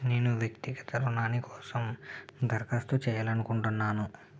నేను వ్యక్తిగత రుణానికోసం దరఖాస్తు చేయాలనుకుంటున్నాను